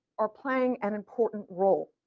are playing an important role.